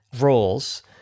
roles